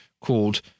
called